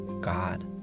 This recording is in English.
God